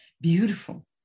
beautiful